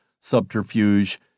subterfuge